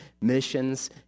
missions